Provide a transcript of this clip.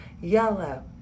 yellow